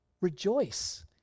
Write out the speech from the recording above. rejoice